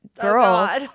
girl